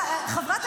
ברור שלא.